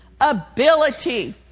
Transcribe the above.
ability